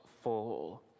fall